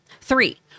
Three